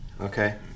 Okay